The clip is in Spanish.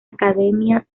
academia